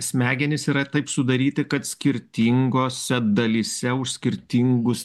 smegenys yra taip sudaryti kad skirtingose dalyse už skirtingus